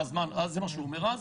זה מה שהוא אמר אז,